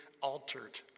altered